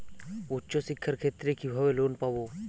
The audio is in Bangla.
উচ্চশিক্ষার ক্ষেত্রে কিভাবে লোন পাব?